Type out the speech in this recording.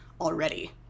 already